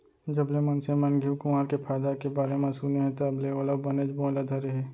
जबले मनसे मन घींव कुंवार के फायदा के बारे म सुने हें तब ले ओला बनेच बोए ल धरे हें